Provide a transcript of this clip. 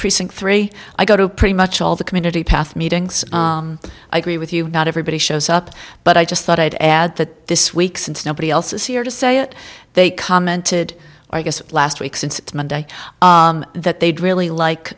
precinct three i go to pretty much all the community path meetings i agree with you not everybody shows up but i just thought i'd add that this week since nobody else is here to say it they commented i guess last week since monday that they'd really like